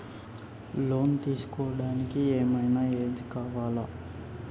Loan తీస్కోవడానికి ఏం ఐనా ఏజ్ కావాలా?